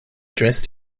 dressed